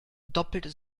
doppelt